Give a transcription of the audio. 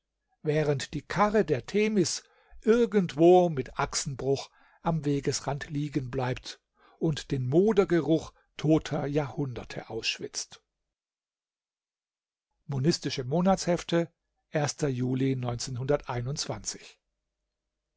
während die karre der themis irgendwo mit achsenbruch am wegesrand liegenbleibt und den modergeruch toter jahrhunderte ausschwitzt monistische monatshefte